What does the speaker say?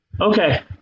okay